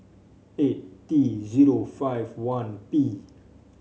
eight T zero five one P